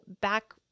back